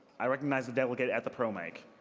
i recognize the delegate at the pro mic.